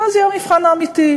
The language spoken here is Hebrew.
ואז יהיה המבחן האמיתי.